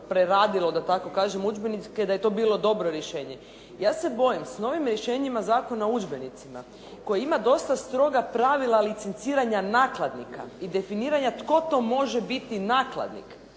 preradilo da tako kažem u udžbenike, da je to bilo dobro rješenje. Ja se bojim s novim rješenjima Zakona o udžbenicima koji ima dosta stroga pravila licenciranja nakladnika i definiranja tko to može biti nakladnik